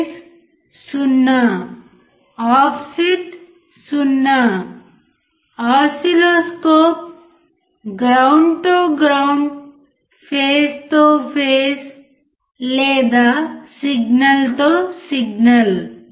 face 0 offset 0ఓసిల్లోస్కోప్ ground తో ground phase తో ఫేస్ లేదా సిగ్నల్తో సిగ్నల్